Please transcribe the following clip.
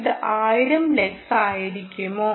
ഇത് 1000 ലക്സ് ആയിരിക്കുമോ